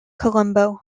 colombo